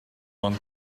one